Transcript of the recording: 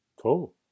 Cool